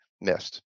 missed